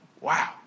Wow